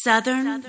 Southern